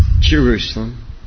Jerusalem